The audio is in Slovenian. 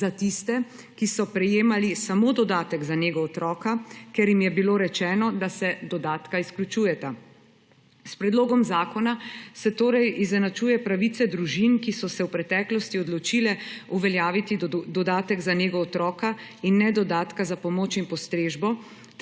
za tiste, ki so prejemali samo dodatek za nego otroka, ker jim je bilo rečeno, da se dodatka izključujeta. S predlogom zakona se torej izenačuje pravice družin, ki so se v preteklosti odločile uveljaviti dodatek za nego otroka in ne dodatka za pomoč in postrežbo,